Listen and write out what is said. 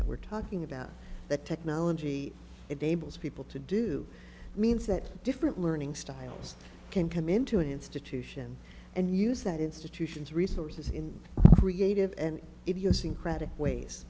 that we're talking about the technology enables people to do means that different learning styles can come into an institution and use that institutions resources in creative and if using credit ways